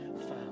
found